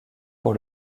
pour